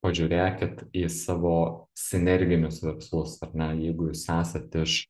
pažiūrėkit į savo sinerginius verslus ar ne jeigu jūs esat iš